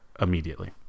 immediately